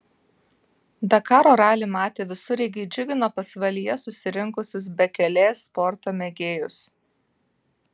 dakaro ralį matę visureigiai džiugino pasvalyje susirinkusius bekelės sporto mėgėjus